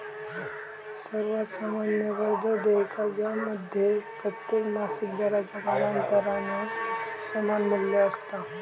सर्वात सामान्य कर्ज देयका ज्यामध्ये प्रत्येक मासिक दराचा कालांतरान समान मू्ल्य असता